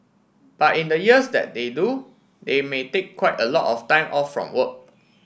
but in the years that they do they may take quite a lot of time off from work